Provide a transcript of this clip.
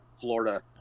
Florida